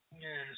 Yes